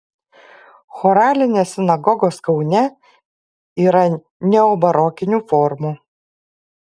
choralinės sinagogos kaune yra neobarokinių formų